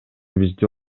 бизди